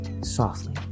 softly